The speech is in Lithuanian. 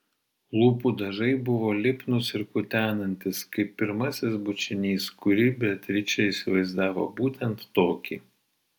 lūpų dažai buvo lipnūs ir kutenantys kaip pirmasis bučinys kurį beatričė įsivaizdavo būtent tokį